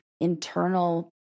internal